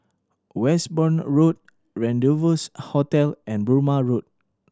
Westbourne Road Rendezvous Hotel and Burmah Road